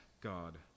God